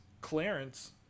Clarence